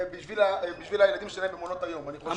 ילדיהם במעונות היום כפי שקורה עכשיו.